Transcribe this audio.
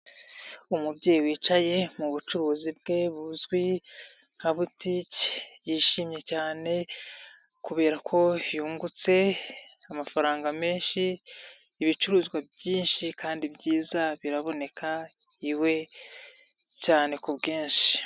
Umubyeyi wicaye mu bucuruzi bwe buzwi nka butike yishimye cyane kubera ko yungutse amafaranga menshi, ibicuruzwa byinshi kandi byiza biraboneka iwe cyane ku bwinshi.